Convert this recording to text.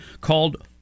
called